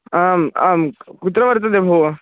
आम् आं कुत्र वर्तते भोः